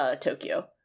Tokyo